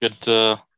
Good